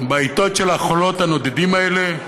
בעתות של החולות הנודדים האלה?